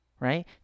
Right